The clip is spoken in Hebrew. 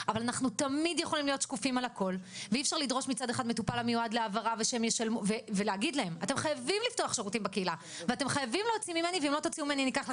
הפער שיש בין שירות דיפרנציאלי וניתוחי